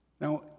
Now